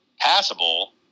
passable